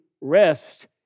rest